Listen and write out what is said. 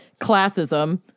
classism